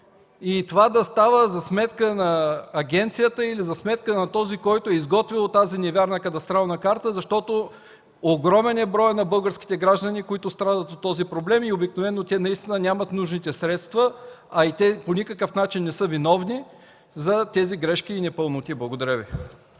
и това да става за сметка на агенцията или на този, който е изготвил тази невярна кадастрална карта. Огромен е броят на българските граждани, които страдат от този проблем, обикновено те наистина нямат нужните средства, а и по никакъв начин не са виновни за тези грешки и непълноти. Благодаря Ви.